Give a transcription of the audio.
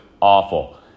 awful